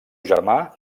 germà